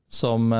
som